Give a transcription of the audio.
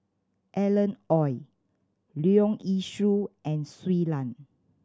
Alan Oei Leong Yee Soo and Shui Lan